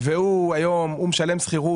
והוא היום הוא משלם שכירות,